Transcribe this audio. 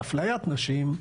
באפליית נשים,